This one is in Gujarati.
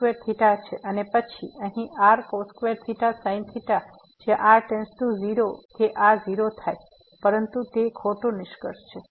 અને પછી અહીં rsin જ્યાં r → 0 કે આ 0 થાય પરંતુ તે ખોટો નિષ્કર્ષ છે